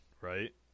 right